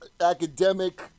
academic